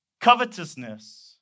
Covetousness